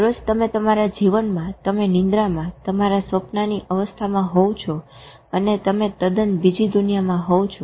દરરોજ તમે તમારા જીવનમાં તમે નિંદ્રામાં તમારા સ્વપ્નાની અવસ્થામાં હોવ છો અને તમે તદન બીજી દુનિયામાં હોવ છો